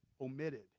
omitted